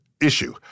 issue